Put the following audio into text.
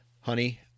honey